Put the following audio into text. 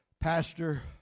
Pastor